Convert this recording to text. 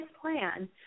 plan